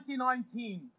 2019